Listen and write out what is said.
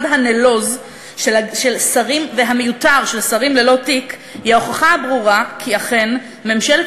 הנלוז והמיותר "שרים ללא תיק" היא ההוכחה הברורה כי אכן ממשלת